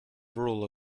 rule